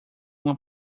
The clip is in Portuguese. uma